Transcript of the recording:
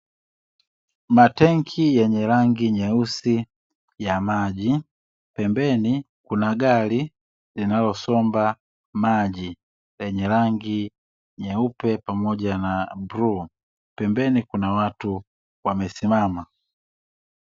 Matenki yenye rangi nyeusi ya maji pembeni kuna gari linalosomba maji lenye rangi nyeupe pamoja na bluu, pembeni kuna watu wamesimama.